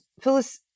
Phyllis